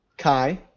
Kai